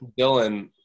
dylan